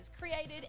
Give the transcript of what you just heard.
Created